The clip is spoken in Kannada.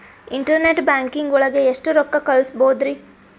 ಇಂಟರ್ನೆಟ್ ಬ್ಯಾಂಕಿಂಗ್ ಒಳಗೆ ಎಷ್ಟ್ ರೊಕ್ಕ ಕಲ್ಸ್ಬೋದ್ ರಿ?